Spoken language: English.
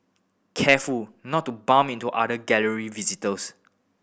careful not to bump into other gallery visitors